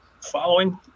following